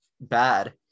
bad